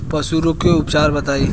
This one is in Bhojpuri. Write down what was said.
पशु रोग के उपचार बताई?